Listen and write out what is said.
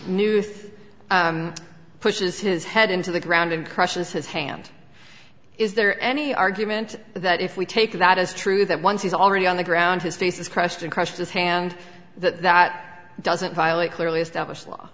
things pushes his head into the ground and crushes his hand is there any argument that if we take that as true that once he's already on the ground his face is crushed and crushed his hand that doesn't violate clearly established law